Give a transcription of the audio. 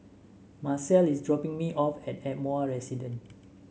Macel is dropping me off at Ardmore Residence